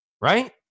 Right